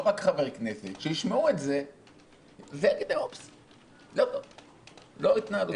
לא רק חברי כנסת שישמעו את זה --- לא התנהלות נכונה.